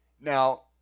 Now